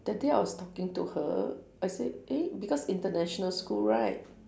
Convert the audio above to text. that day I was talking to her I say eh because international school right